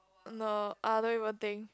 no I don't even think